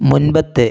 മുൻപത്തെ